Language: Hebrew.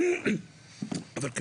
אבל,